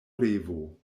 revo